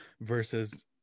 versus